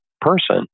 person